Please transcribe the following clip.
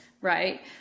right